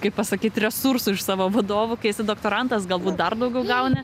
kaip pasakyt resursų iš savo vadovų kai esi doktorantas galbūt dar daugiau gauni